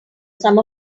some